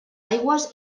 aigües